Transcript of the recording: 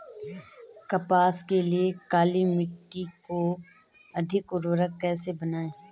कपास के लिए काली मिट्टी को अधिक उर्वरक कैसे बनायें?